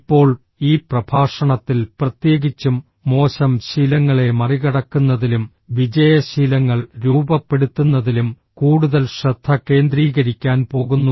ഇപ്പോൾ ഈ പ്രഭാഷണത്തിൽ പ്രത്യേകിച്ചും മോശം ശീലങ്ങളെ മറികടക്കുന്നതിലും വിജയ ശീലങ്ങൾ രൂപപ്പെടുത്തുന്നതിലും കൂടുതൽ ശ്രദ്ധ കേന്ദ്രീകരിക്കാൻ പോകുന്നു